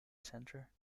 centre